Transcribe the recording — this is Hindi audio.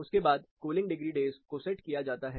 उसके बाद कूलिंग डिग्री डेज को सेट किया जाता है